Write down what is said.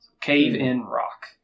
Cave-In-Rock